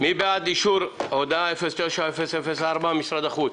מי בעד אישור הודעה 09-004, משרד החוץ?